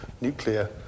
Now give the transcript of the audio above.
nuclear